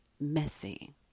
messy